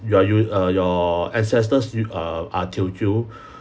you are you uh your ancestors you are are teochew